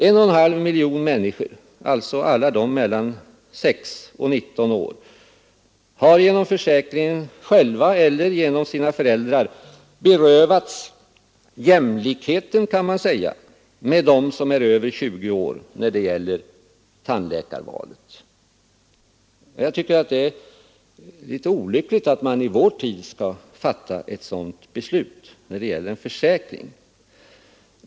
1,5 miljoner människor, alltså alla mellan 6 och 19 år har genom försäkringen själva eller genom sina föräldrar berövats jämlikheten, kan man säga, med dem som är över 20 år när det gäller tandläkarvalet. Det är olyckligt att man i vår tid skall fatta ett sådant beslut om en försäkring.